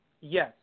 Yes